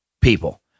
people